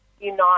unite